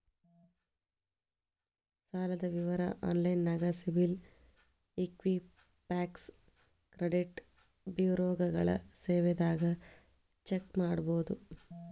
ಸಾಲದ್ ವಿವರ ಆನ್ಲೈನ್ಯಾಗ ಸಿಬಿಲ್ ಇಕ್ವಿಫ್ಯಾಕ್ಸ್ ಕ್ರೆಡಿಟ್ ಬ್ಯುರೋಗಳ ಸೇವೆದಾಗ ಚೆಕ್ ಮಾಡಬೋದು